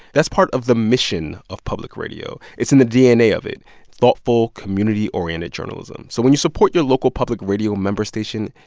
that's part of the mission of public radio. it's in the dna of it thoughtful, community-oriented journalism so when you support your local public radio member station,